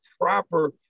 proper